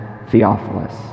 Theophilus